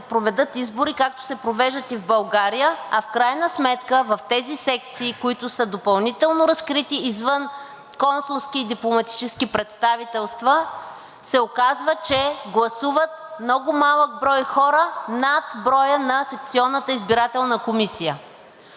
проведат избори, както се провеждат и в България, а в крайна сметка в тези секции, които са допълнително разкрити, извън консулски и дипломатически представителства, се оказва, че гласуват много малък брой хора над броя на секционната избирателна комисия.